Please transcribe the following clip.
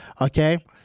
Okay